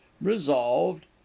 resolved